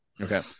Okay